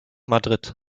madrid